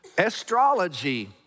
Astrology